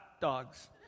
dogs